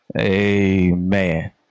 Amen